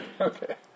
Okay